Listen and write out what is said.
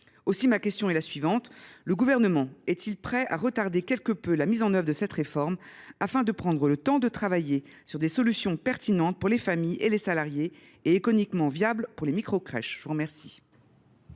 Aussi ma question est elle la suivante : le Gouvernement est il prêt à retarder quelque peu cette réforme afin de prendre le temps d’élaborer des solutions pertinentes pour les familles et les salariés et économiquement viables pour les micro crèches ?